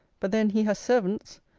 but then he has servants.